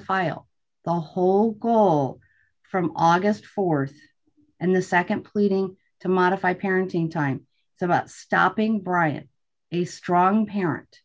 file the whole call from august th and the nd pleading to modify parenting time about stopping bryant a strong parent